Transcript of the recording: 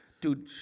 Dude